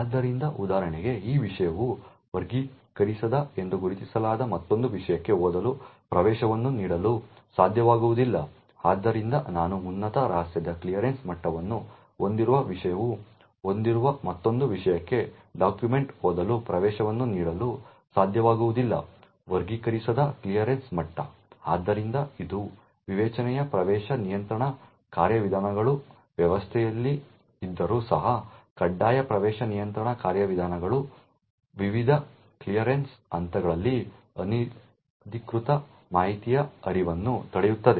ಆದ್ದರಿಂದ ಉದಾಹರಣೆಗೆ ಈ ವಿಷಯವು ವರ್ಗೀಕರಿಸದ ಎಂದು ಗುರುತಿಸಲಾದ ಮತ್ತೊಂದು ವಿಷಯಕ್ಕೆ ಓದಲು ಪ್ರವೇಶವನ್ನು ನೀಡಲು ಸಾಧ್ಯವಾಗುವುದಿಲ್ಲ ಆದ್ದರಿಂದ ನಾನು ಉನ್ನತ ರಹಸ್ಯದ ಕ್ಲಿಯರೆನ್ಸ್ ಮಟ್ಟವನ್ನು ಹೊಂದಿರುವ ವಿಷಯವು ಹೊಂದಿರುವ ಮತ್ತೊಂದು ವಿಷಯಕ್ಕೆ ಡಾಕ್ಯುಮೆಂಟ್ಗೆ ಓದಲು ಪ್ರವೇಶವನ್ನು ನೀಡಲು ಸಾಧ್ಯವಾಗುವುದಿಲ್ಲ ವರ್ಗೀಕರಿಸದ ಕ್ಲಿಯರೆನ್ಸ್ ಮಟ್ಟ ಆದ್ದರಿಂದ ಇದು ವಿವೇಚನೆಯ ಪ್ರವೇಶ ನಿಯಂತ್ರಣ ಕಾರ್ಯವಿಧಾನಗಳು ವ್ಯವಸ್ಥೆಯಲ್ಲಿ ಇದ್ದರೂ ಸಹ ಕಡ್ಡಾಯ ಪ್ರವೇಶ ನಿಯಂತ್ರಣ ಕಾರ್ಯವಿಧಾನಗಳು ವಿವಿಧ ಕ್ಲಿಯರೆನ್ಸ್ ಹಂತಗಳಲ್ಲಿ ಅನಧಿಕೃತ ಮಾಹಿತಿಯ ಹರಿವನ್ನು ತಡೆಯುತ್ತದೆ